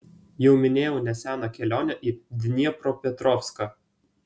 jau minėjau neseną kelionę į dniepropetrovską